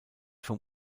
vom